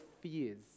fears